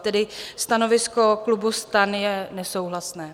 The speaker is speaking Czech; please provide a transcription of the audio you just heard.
Tedy stanovisko klubu STAN je nesouhlasné.